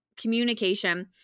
communication